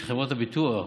של חברות הביטוח,